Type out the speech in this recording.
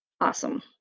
awesome